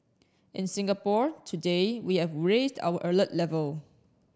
in Singapore today we have raised our alert level